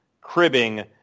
cribbing